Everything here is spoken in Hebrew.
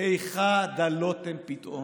/ איכה דלותם פתאום,